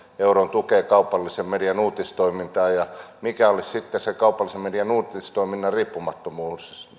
euron tukea kaupallisen median uutistoimintaan ja mikä olisi sitten se kaupallisen median uutistoiminnan riippumattomuus